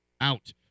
out